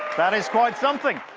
that is quite something.